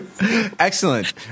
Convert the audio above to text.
Excellent